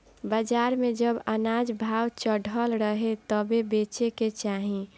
बाजार में जब अनाज भाव चढ़ल रहे तबे बेचे के चाही